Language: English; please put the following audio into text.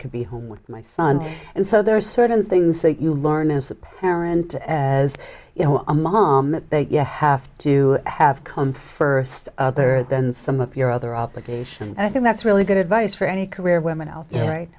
could be home with my son and so there are certain things that you learn as a parent as you know a mom that you have to have come first other than some of your other obligations and i think that's really good advice for any career women